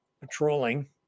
patrolling